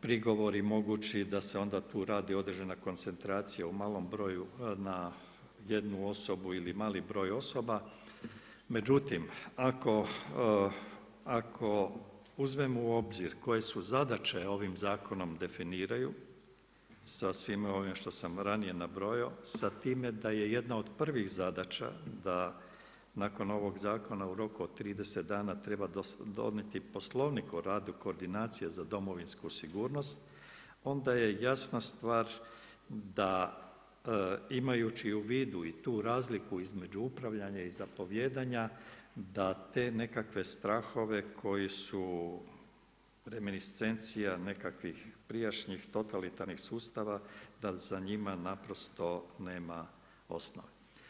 prigovori mogući da se onda tu radi određena koncentracija u malom broju na jednu osobu ili mali broj osoba, međutim ako uzmemo u obzir koje su zadaće ovim zakonom definiraju sa svime ovime što sam ranije nabrojao, sa time da je jedna od prvih zadaća da nakon ovog zakona u roku od 30 dana treba donijeti Poslovnik o radu koordinacije za Domovinsku sigurnost, onda je jasna stvar da imajući u vidu i tu razliku između upravljanja i zapovijedanja da te nekakve strahove koji su reminiscencija nekakvih prijašnjih totalitarnih sustava, da za njima naprosto nema osnove.